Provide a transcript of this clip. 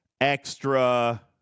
extra